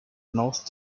north